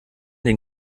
den